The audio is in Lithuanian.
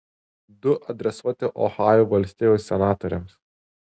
du adresuoti ohajo valstijos senatoriams